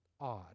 odd